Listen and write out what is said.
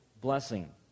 blessing